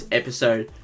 episode